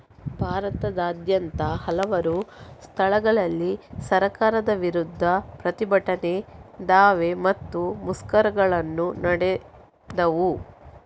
ಭಾರತದಾದ್ಯಂತ ಹಲವಾರು ಸ್ಥಳಗಳಲ್ಲಿ ಸರ್ಕಾರದ ವಿರುದ್ಧ ಪ್ರತಿಭಟನೆ, ದಾವೆ ಮತ್ತೆ ಮುಷ್ಕರಗಳು ನಡೆದವು